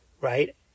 right